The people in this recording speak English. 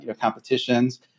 competitions